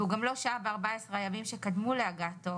והוא גם לא שהה ב-14 הימים שקדמו להגעתו